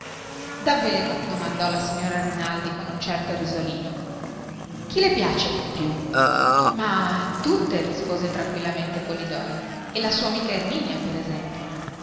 davvero domandò la signora rinaldi con un certo risolino chi le piace dippiù ma tutte rispose tranquillamente polidori la sua amica erminia per esempio